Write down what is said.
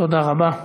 תודה רבה.